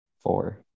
Four